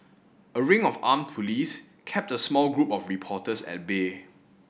a ring of armed police kept a small group of reporters at bay